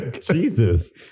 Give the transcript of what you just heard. Jesus